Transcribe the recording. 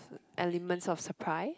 element of surprise